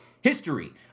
history